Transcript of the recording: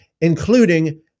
including